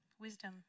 Wisdom